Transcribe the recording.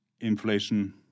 inflation